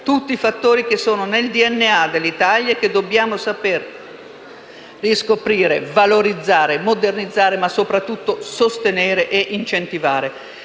tutti fattori presenti nel DNA dell'Italia, che dobbiamo saper riscoprire, valorizzare e modernizzare, ma - soprattutto - sostenere e incentivare.